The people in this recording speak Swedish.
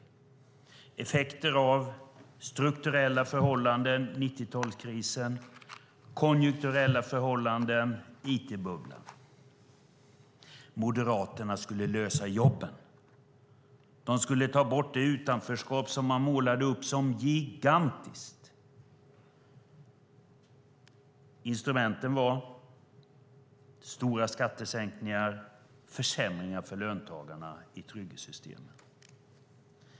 Det var effekter av strukturella förhållanden, 90-talskrisen, konjunkturella förhållanden och it-bubblan. Moderaterna skulle lösa jobbfrågan. De skulle ta bort det utanförskap som man målade upp som gigantiskt. Instrumenten var stora skattesänkningar och försämringar i trygghetssystemen för löntagarna.